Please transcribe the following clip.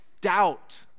doubt